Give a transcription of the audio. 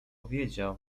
wiedział